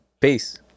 Peace